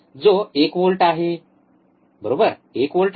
जो एक व्होल्ट आहे बरोबर 1 व्होल्ट आहे